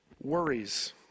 worries